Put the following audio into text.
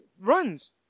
runs